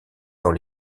dans